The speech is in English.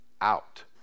out